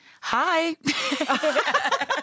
hi